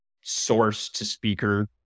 source-to-speaker